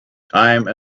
time